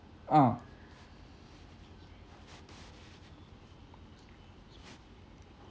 ah